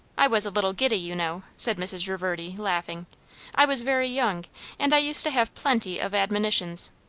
i was a little giddy, you know, said mrs. reverdy, laughing i was very young and i used to have plenty of admonitions.